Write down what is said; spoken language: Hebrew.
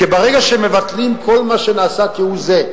כי ברגע שמבטלים כל מה שנעשה כהוא זה,